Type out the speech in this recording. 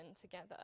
together